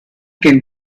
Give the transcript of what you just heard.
can